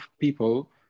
people